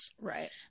Right